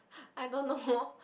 I don't know lor